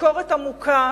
וביקורת עמוקה,